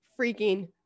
freaking